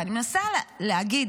ואני מנסה להגיד,